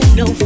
no